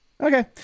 okay